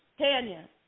Tanya